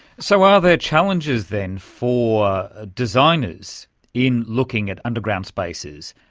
so are there challenges then for ah designers in looking at underground spaces,